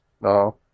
No